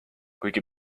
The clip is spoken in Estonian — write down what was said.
kuigi